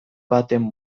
baten